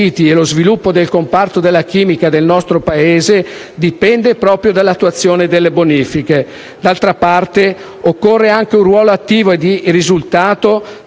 Grazie